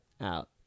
out